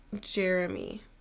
Jeremy